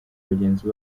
bagenzi